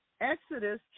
Exodus